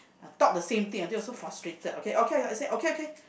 uh talk the same thing that was so frustrated okay okay I said okay okay